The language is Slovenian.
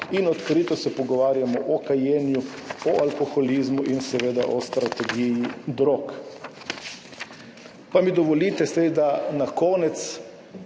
in odkrito se pogovarjamo o kajenju, o alkoholizmu in seveda o strategiji drog. Pa mi dovolite zdaj, za konec,